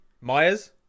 Myers